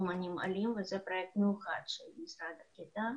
אמנים עולים שזה פרויקט מיוחד של משרד הקליטה.